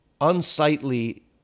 unsightly